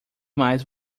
mais